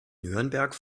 nürnberg